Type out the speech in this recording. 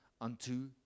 unto